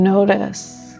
Notice